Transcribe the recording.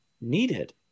needed